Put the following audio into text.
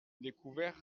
découverte